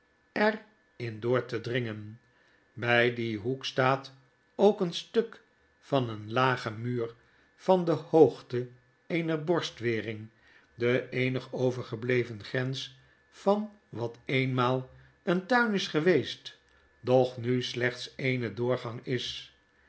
er in door te dringen by dien hoek staat ook een stuk van een lagen muur van de hoogte eener borstwering de eenig overgebleven grens van wat eenmaal een tuin is geweest doch nu slechts eene doorgang is